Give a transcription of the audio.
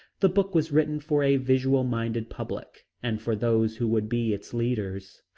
the book was written for a visual-minded public and for those who would be its leaders.